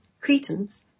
Cretans